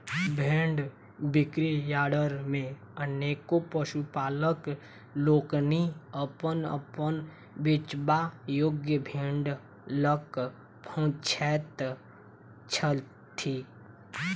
भेंड़ बिक्री यार्ड मे अनेको पशुपालक लोकनि अपन अपन बेचबा योग्य भेंड़ ल क पहुँचैत छथि